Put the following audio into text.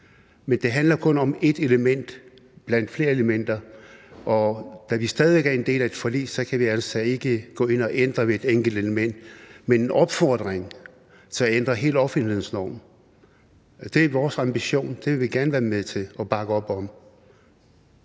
Men det handler kun om et element blandt flere elementer, og da vi stadig væk er en del af et forlig, kan vi altså ikke gå ind at ændre ved et enkelt element. Men en opfordring til at ændre hele offentlighedsloven er vores ambition. Det vil vi gerne være med til og bakke op om.